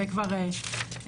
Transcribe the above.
זה כבר בהמשך.